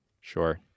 Sure